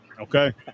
Okay